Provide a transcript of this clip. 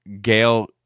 Gail